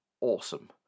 awesome